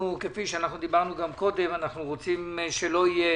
כפי שדיברנו גם קודם, אנחנו רוצים שלא יהיה